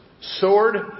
soared